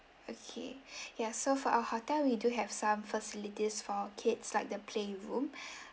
okay yeah so for our hotel we do have some facilities for kids like the playroom